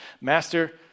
Master